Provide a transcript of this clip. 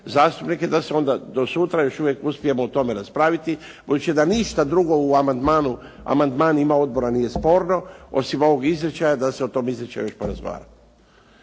zastupnike da se onda do sutra još uvijek uspijemo o tome raspraviti, budući da ništa drugo u amandmanima odbora nije sporno osim ovog izričaja, da se o tom izričaju još porazgovara.